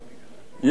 יש מוזנח,